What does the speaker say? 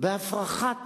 בהפרחת